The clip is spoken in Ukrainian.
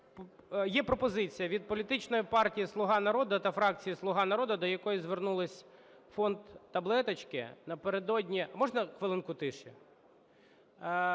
є пропозиція від політичної партії "Слуга народу" та фракції "Слуга народу", до якої звернувся фонд "Таблеточки". Напередодні… Можна хвилинку тиші.